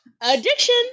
Addiction